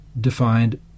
defined